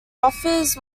offers